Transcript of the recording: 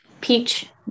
Peach